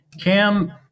cam